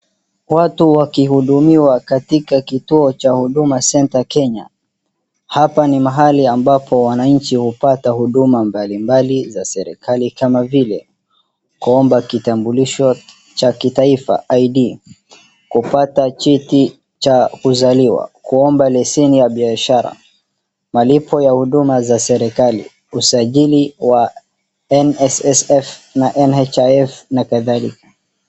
Watu wakihudumiwa katika kituo cha Huduma Centre Kenya . Hapa ni mahali ambapo wananchi hupata huduma mbalimbali za serikali kama vile kuomba kitambulisho cha kitaifa ID , kupata cheti cha kuzaliwa, kuomba leseni ya biashara, malipo ya huduma za serikali, usajili wa NSSF na NHIF na kadhalika.